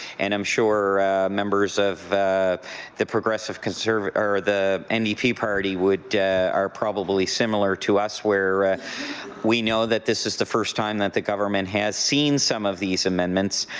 and i'm sure members of the the progressive conservative or the and ndp party would are probably similar to us where we know that this is the first time that the government has seen some of these amendments.